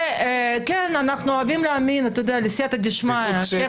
אנחנו אוהבים להאמין לסיעתא דשמייא.